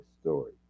story